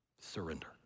Surrender